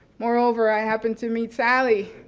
moreover, i happened to meet sally,